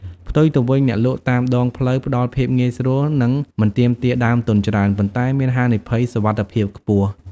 ផ្ទុយទៅវិញ អ្នកលក់តាមដងផ្លូវផ្តល់ភាពងាយស្រួលនិងមិនទាមទារដើមទុនច្រើន ប៉ុន្តែមានហានិភ័យសុវត្ថិភាពខ្ពស់។